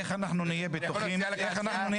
איך נהיה בטוחים?